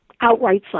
outright